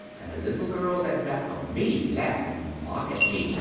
and the little girls at back of me laugh and mock at me,